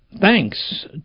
thanks